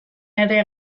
ere